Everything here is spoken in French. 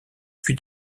puy